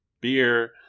beer